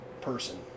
person